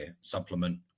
supplement